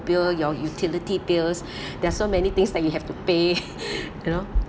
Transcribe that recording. bill your utility bills there are so many things that you have to pay you know